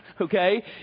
okay